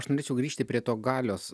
aš norėčiau grįžti prie to galios